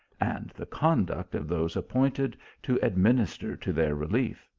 and the conduct of those appointed to administer to their re lief.